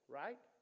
right